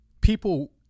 people